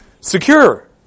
Secure